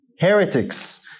heretics